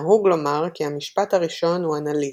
נהוג לומר כי המשפט הראשון הוא אנליטי,